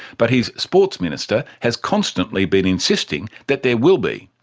but his sports minister has constantly been insisting that there will be.